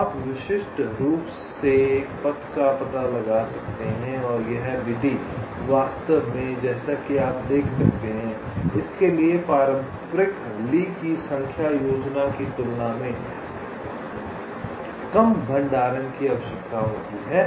तो आप विशिष्ट रूप से पथ का पता लगा सकते हैं और यह विधि वास्तव में जैसा कि आप देख सकते हैं इसके लिए पारंपरिक ली की संख्या योजना की तुलना में कम भंडारण की आवश्यकता होती है